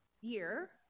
year